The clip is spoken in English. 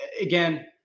again